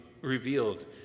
revealed